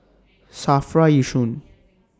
SAFRA Yishun